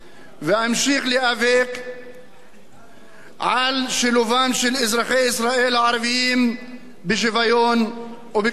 ואמשיך להיאבק על שילובם של אזרחי ישראל הערבים בשוויון ובכבוד.